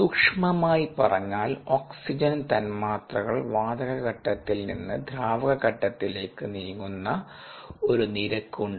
സൂക്ഷമമായി പറഞ്ഞാൽ ഓക്സിജൻ തന്മാത്രകൾ വാതകഘട്ടത്തിൽ നിന്ന് ദ്രാവക ഘട്ടത്തിലേക്ക് നീങ്ങുന്ന ഒരു നിരക്ക് ഉണ്ട്